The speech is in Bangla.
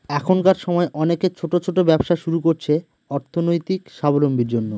এখনকার সময় অনেকে ছোট ছোট ব্যবসা শুরু করছে অর্থনৈতিক সাবলম্বীর জন্য